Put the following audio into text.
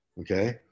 Okay